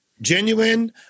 genuine